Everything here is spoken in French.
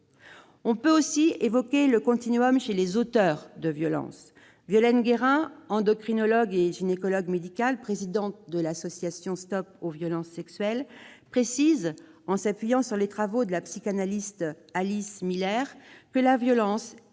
On peut aussi évoquer un chez les auteurs de violences. Violaine Guérin, endocrinologue et gynécologue médicale, présidente de l'association Stop aux violences sexuelles, indique, en s'appuyant sur les travaux de la psychanalyste Alice Miller, que « la violence est racine de